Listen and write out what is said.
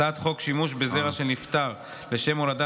הצעת חוק שימוש בזרע של נפטר לשם הולדה,